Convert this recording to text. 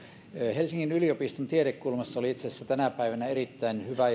helsingin yliopiston tiedekulmassa oli itse asiassa tänä päivänä erittäin hyvä